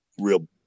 real